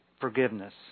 Forgiveness